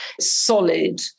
solid